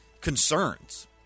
concerns